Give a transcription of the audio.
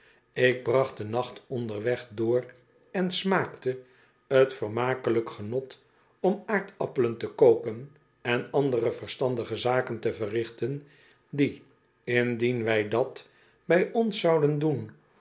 ik bracht den nacht onderweg door en smaakte t vermakelijk genot om aardappelen te koken en andere verstandige zaken te verrichten die indien wij dat bij ons zouden doen